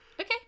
Okay